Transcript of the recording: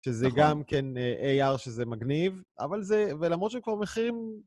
שזה גם כן AR, שזה מגניב, אבל זה... ולמרות שכבר מחירים...